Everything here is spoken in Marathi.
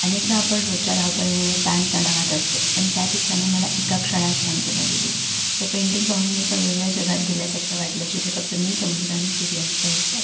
अनेकदा आपण रोजच्या धावपळीमुळे ताणतणावात असतो पण त्या चित्राने मला एका क्षणात शांतता दिली ते पेंटिंग पाहून मी एका वेगळ्या जगात गेल्यासारखं वाटलं जिथे फक्त मी समुद्र आणि सूर्यास्त होतं